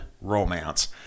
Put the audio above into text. romance